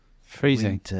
freezing